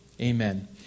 Amen